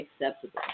acceptable